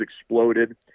exploded